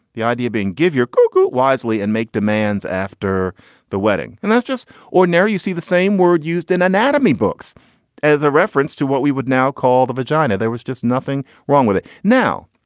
the idea being give your kuku wisely and make demands after the wedding. and that's just ordinary. you see the same word used in anatomy books as a reference to what we would now call the vagina. there was just nothing wrong with it now.